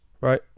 right